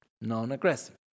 non-aggressive